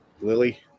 Lily